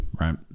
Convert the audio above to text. right